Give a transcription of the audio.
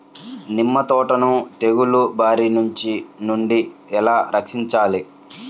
నిమ్మ తోటను తెగులు బారి నుండి ఎలా రక్షించాలి?